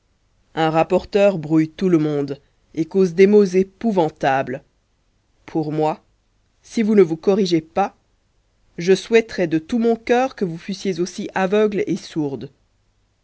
un rapporteur brouille tout le monde et cause des maux épouvantables pour moi si vous ne vous corrigez pas je souhaiterais de tout mon cœur que vous fussiez aussi aveugle et sourde